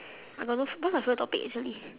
I got no what's my favourite topic recently